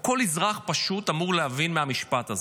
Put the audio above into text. או כל אזרח פשוט אמור להבין מהמשפט הזה?